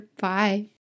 bye